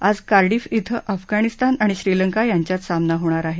आज कार्डिफ इथं अफगाणिस्तान आणि श्रीलंका यांच्यात सामना होणार आहे